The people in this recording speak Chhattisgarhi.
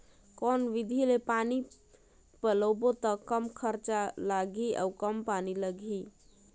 कौन विधि ले पानी पलोबो त कम खरचा लगही अउ कम पानी लगही?